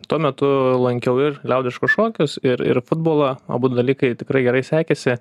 tuo metu lankiau ir liaudiškus šokius ir ir futbolą abu dalykai tikrai gerai sekėsi